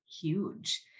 huge